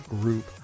group